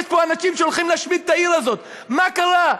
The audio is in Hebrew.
יש פה אנשים שהולכים להשמיד את העיר הזאת, מה קרה?